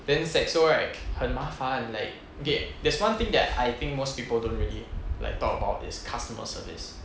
then saxo right 很麻烦 like okay there's one thing that I think most people don't really like talk about is customer service